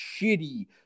shitty